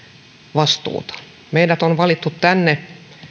vastuuta meidät on valittu tänne